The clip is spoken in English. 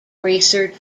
research